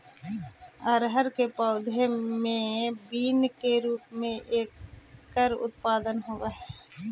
अरहर के पौधे मैं बीन के रूप में एकर उत्पादन होवअ हई